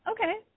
okay